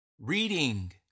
Reading